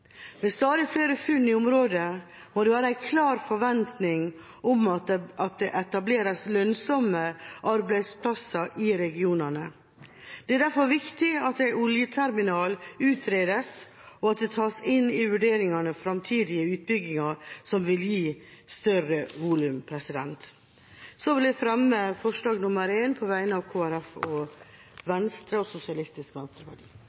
flere funn i området må det være en klar forventning om at det etableres lønnsomme arbeidsplasser i regionene. Det er derfor viktig at en oljeterminal utredes, og at det tas inn i vurderingene av framtidige utbygginger som vil gi større volum. Så vil jeg fremme forslag nr. 1, fra Kristelig Folkeparti, Venstre og Sosialistisk Venstreparti.